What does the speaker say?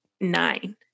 nine